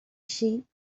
sheep